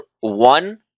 one